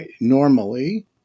normally